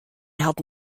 hat